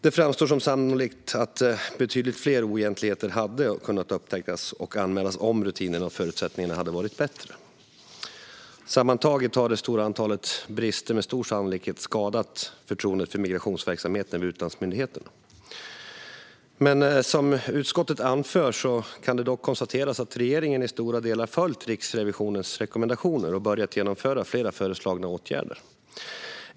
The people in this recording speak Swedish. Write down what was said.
Det framstår som sannolikt att betydligt fler oegentligheter hade kunnat upptäckas och anmälas om rutinerna och förutsättningarna hade varit bättre. Sammantaget har det stora antalet brister med stor sannolikhet skadat förtroendet för migrationsverksamheten vid utlandsmyndigheterna. Som utskottet anför kan det dock konstateras att regeringen i stora delar följt Riksrevisionens rekommendationer och börjat vidta flera föreslagna åtgärder.